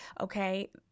okay